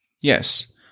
yes